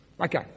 Okay